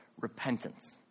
repentance